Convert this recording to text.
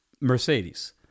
Mercedes